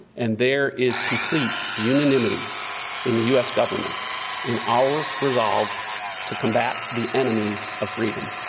and there is complete unanimity in the u s. government in our resolve to combat the enemies of freedom.